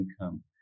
income